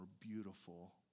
beautiful